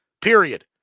period